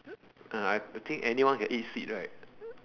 ah I think anyone can eat sweet right